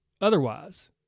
Otherwise